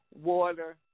water